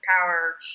power